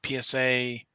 PSA